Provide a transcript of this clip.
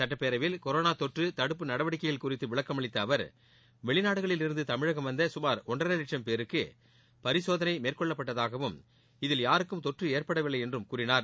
சட்டப்பேரவையில் கொரோனா தொற்று தடுப்பு நடவடிக்கைகள் குறித்து விளக்கம் அளித்த அவர் வெளிநாடுகளில் இருந்து தமிழகம் வந்த மேற்கொள்ளப்பட்டதாகவும் இதில் யாருக்கும் தொற்று ஏற்படவில்லை என்றும் கூறினார்